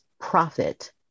profit